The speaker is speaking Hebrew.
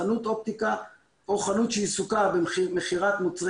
חנות אופטיקה או חנות שעיסוקה במכירת מוצרי